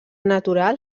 natural